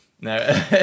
No